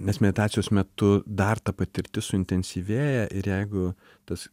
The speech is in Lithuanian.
nes meditacijos metu dar ta patirtis suintensyvėja ir jeigu tas